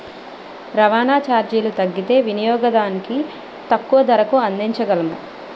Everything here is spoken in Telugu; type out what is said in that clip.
రవాణా చార్జీలు తగ్గితే వినియోగదానికి తక్కువ ధరకు అందించగలము